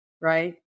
right